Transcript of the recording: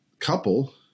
couple